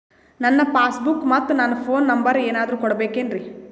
ನನ್ನ passbook ಮತ್ ನನ್ನ ಫೋನ್ ನಂಬರ್ ಏನಾದ್ರು ಕೊಡಬೇಕೆನ್ರಿ?